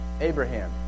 Abraham